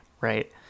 right